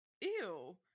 ew